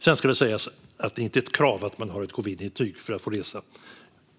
Det ska också sägas att det inte är ett krav att man har ett covidintyg för att få resa.